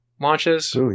launches